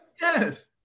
Yes